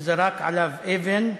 שזרק עליו אבן,